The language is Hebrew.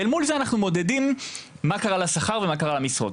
ואל מול זה אנחנו מודדים מה קרה לשכר ומה קרה למשרות.